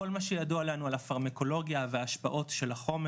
כל מה שידוע לנו על הפארמקולוגיה ועל השפעות החומר,